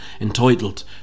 entitled